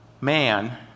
man